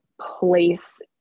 place